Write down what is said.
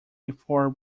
before